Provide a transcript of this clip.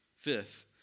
Fifth